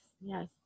Yes